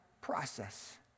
process